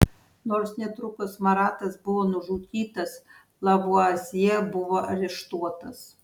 nors netrukus maratas buvo nužudytas lavuazjė buvo areštuotas